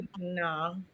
no